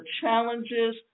challenges